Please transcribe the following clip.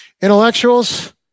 Intellectuals